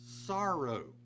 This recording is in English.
sorrow